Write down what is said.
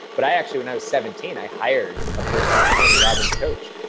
but i, actually, when i was seventeen, i hired a personal tony robbins coach.